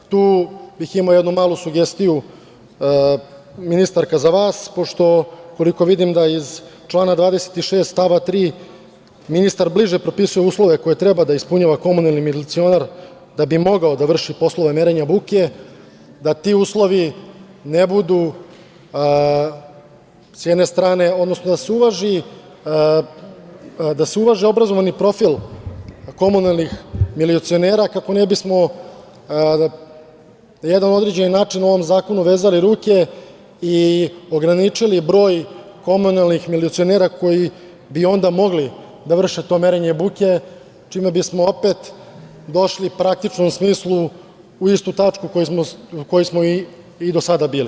Imao bih ovde jednu malu sugestiju ministarka za vas, koliko vidim iz člana 26. stav 3. ministar bliže propisuje uslove koje treba da ispunjava komunalni milicionar da bi mogao da vrši poslove merenja buke, da ti uslovi ne budu s jedne strane, odnosno da se uvaži obrazovni profil komunalnih milicionara, kako ne bi smo na jedan određen način ovom zakonu vezali ruke i ograničili broj komunalnih milicionera koji bi onda mogli da vrše to merenje buke, čime bismo opet došli praktično u smislu u istu tačku na kojoj smo i do sada bili.